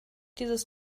dieses